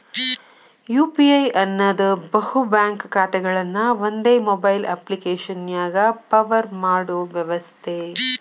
UPI ಅನ್ನೋದ್ ಬಹು bank ಖಾತೆಗಳನ್ನ ಒಂದೇ ಮೊಬೈಲ್ ಅಪ್ಪ್ಲಿಕೆಶನ್ಯಾಗ ಪವರ್ ಮಾಡೋ ವ್ಯವಸ್ಥೆ